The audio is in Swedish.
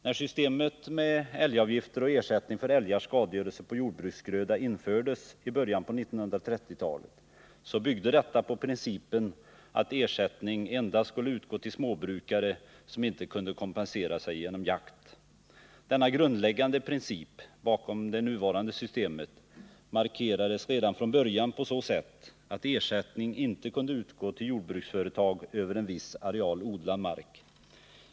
När systemet med älgavgifter och ersättning för älgars skadegörelse på jordbruksgröda infördes i början av 1930-talet, byggde detta på principen att ersättning endast skulle utgå till småbrukare som inte kunde kompensera sig genom jakt. Denna grundläggande princip bakom det nuvarande systemet markerades redan från början på så sätt att ersättning inte kunde utgå till jordbruksföretag med mer än en viss areal odlad mark.